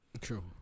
True